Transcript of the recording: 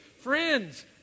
friends